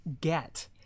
get